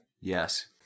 Yes